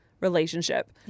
relationship